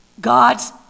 God's